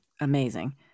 amazing